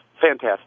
fantastic